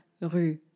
rue